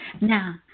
Now